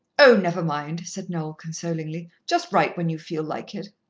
oh, never mind, said noel consolingly. just write when you feel like it.